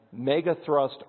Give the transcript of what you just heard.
megathrust